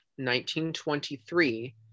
1923